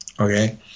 okay